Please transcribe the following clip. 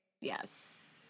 Yes